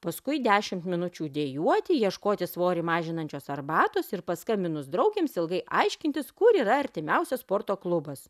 paskui dešimt minučių dejuoti ieškoti svorį mažinančios arbatos ir paskambinus draugėms ilgai aiškintis kur yra artimiausias sporto klubas